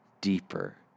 deeper